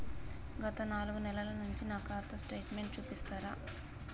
గత నాలుగు నెలల నుంచి నా ఖాతా స్టేట్మెంట్ చూపిస్తరా?